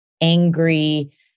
angry